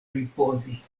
ripozi